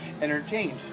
entertained